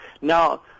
Now